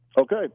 Okay